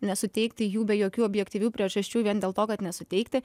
nesuteikti jų be jokių objektyvių priežasčių vien dėl to kad nesuteikti